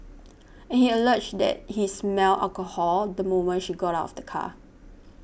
and he alleged that he smelled alcohol the moment she got out of the car